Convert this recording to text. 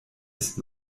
ist